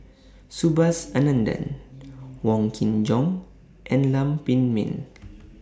Subhas Anandan Wong Kin Jong and Lam Pin Min